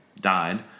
died